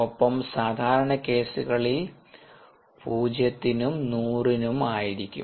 ഒപ്പം സാധാരണ കേസുകളിൽ 0 നും 100 നും ആയിരിക്കും